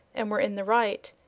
and were in the right,